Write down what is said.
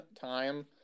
time